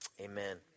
amen